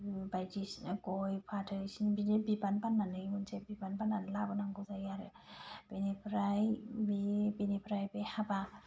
बायदिसिना गय फाथै बिदि बिबान बाननानै मोनसे बिबान बानानै लाबोनांगौ जायो आरो बेनिफ्राय बे बिनिफ्राय बे हाबा